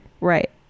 Right